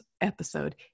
episode